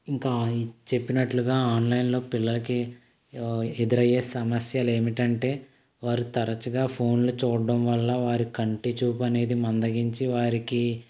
ఇంకా ఇ చెప్పినట్టుగా ఆన్లైన్లో పిల్లలకి ఎదురయ్యే సమస్యలేమిటంటే వారు తరచుగా ఫోన్లు చూడడం వల్ల వారి కంటిచూపనేది మందగించి వారికి